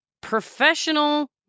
professional